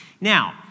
Now